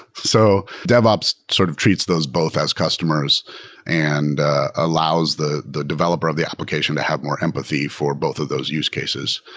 so devops sort of treats those both as customers and allows the the developer of the application to have more empathy for both of those use cases.